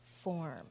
form